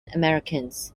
americans